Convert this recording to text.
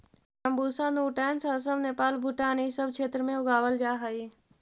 Bambusa नूटैंस असम, नेपाल, भूटान इ सब क्षेत्र में उगावल जा हई